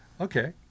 Okay